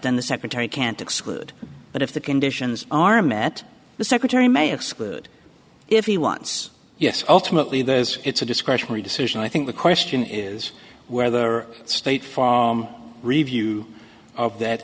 then the secretary can't exclude but if the conditions are met the secretary may exclude if he wants yes ultimately there's it's a discretionary decision i think the question is whether state farm review of that